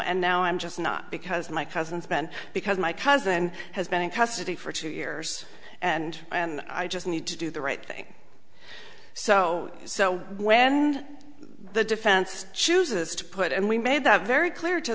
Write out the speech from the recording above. and now i'm just not because my cousin's been because my cousin has been in custody for two years and i and i just need to do the right thing so so when the defense chooses to put and we made that very clear to